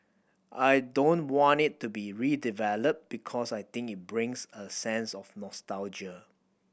I don't want it to be redeveloped because I think it brings a sense of nostalgia